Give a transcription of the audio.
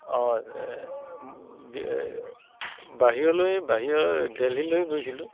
অ' বাহিৰলৈ বাহিৰত দেলহিলৈ গৈছিলোঁ